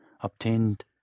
obtained